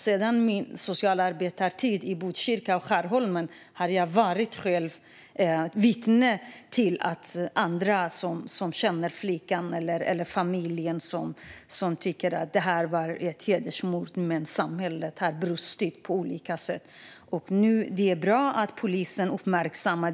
Sedan min tid som socialarbetare i Botkyrka och Skärholmen har jag själv blivit vittne till att andra, som känner flickan eller familjen i fråga, tycker att det var ett hedersmord, men samhället har brustit på olika sätt. Det är bra att polisen uppmärksammar detta.